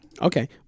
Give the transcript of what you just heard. Okay